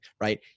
right